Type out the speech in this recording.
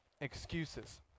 Excuses